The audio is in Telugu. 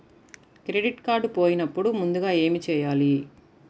క్రెడిట్ కార్డ్ పోయినపుడు ముందుగా ఏమి చేయాలి?